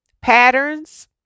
patterns